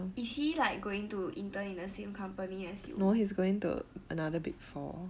is he like going to intern in the same company as you